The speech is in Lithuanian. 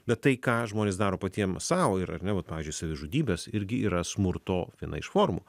bet tai ką žmonės daro patiem sau ir ar ne vat pavyzdžiui savižudybės irgi yra smurto viena iš formų